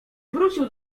wrócił